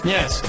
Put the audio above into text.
Yes